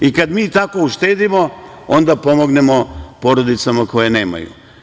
I kada mi tako uštedimo, onda pomognemo porodicama koje nemaju.